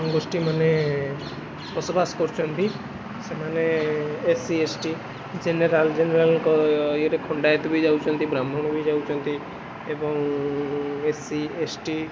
ଗୋଷ୍ଠୀମାନେ ବସବାସ କରୁଛନ୍ତି ସେମାନେ S C S T general ଜେନେରାଲ୍ଙ୍କ ଇଏରେ ଖଣ୍ଡାୟତ ବି ଯାଉଛନ୍ତି ବ୍ରାହ୍ମଣ ବି ଯାଉଛନ୍ତି ଏବଂ ଏସ୍ ସି ଏସ୍ ଟି